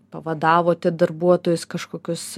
pavadavote darbuotojus kažkokius